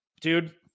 dude